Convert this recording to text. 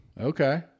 okay